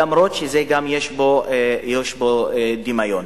למרות שיש בו דמיון.